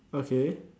okay